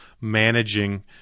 managing